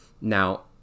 Now